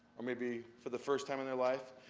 or maybe for the first time in their life.